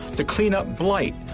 to clean up blight,